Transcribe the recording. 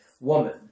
woman